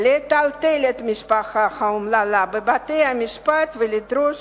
לטלטל את המשפחה האומללה בבתי-המשפט ולדרוש